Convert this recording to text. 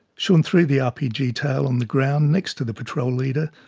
shaun threw the rpg tail on the ground next to the patrol leader.